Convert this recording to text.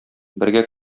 бергә